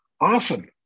often